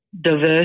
diverse